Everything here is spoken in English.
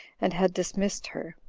and had dismissed her,